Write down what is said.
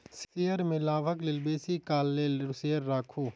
share में लाभक लेल बेसी काल लेल शेयर राखू